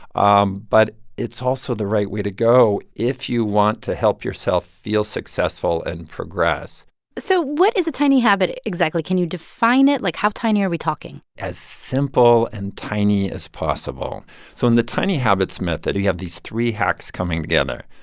um but it's also the right way to go if you want to help yourself feel successful and progress so what is tiny habit exactly? can you define it? like, how tiny are we talking? as simple and tiny as possible so in the tiny habits method, we have these three hacks coming together.